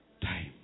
Time